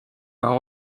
par